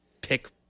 pick